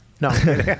no